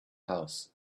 house